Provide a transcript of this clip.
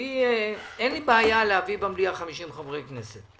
אין לי בעיה להביא במליאה 50 חברי כנסת.